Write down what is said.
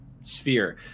sphere